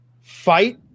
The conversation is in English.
fight